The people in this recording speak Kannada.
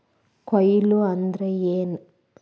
ಕೊಯ್ಲು ಅಂದ್ರ ಏನ್?